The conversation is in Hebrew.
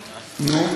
נו?